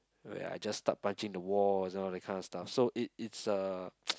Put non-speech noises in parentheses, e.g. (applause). where I just start punching the walls you know that kind of stuff so it it's a (noise)